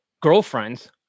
girlfriends